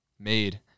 Made